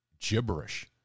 gibberish